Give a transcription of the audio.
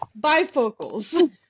bifocals